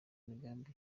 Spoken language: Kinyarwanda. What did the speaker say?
imigambi